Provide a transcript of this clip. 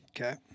Okay